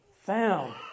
found